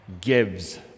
gives